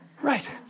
Right